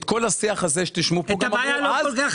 את כל השיח הזה שתשמעו כאן --- את הבעיה הבנתי.